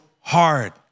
hard